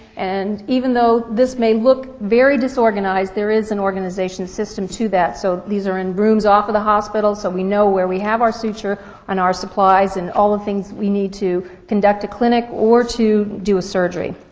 and even though this may look very disorganized, there is an organization system to that, so these are in rooms off of the hospital so we know where we have our suture and our supplies and all the things we need to conduct a clinic or to do a surgery.